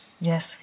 yes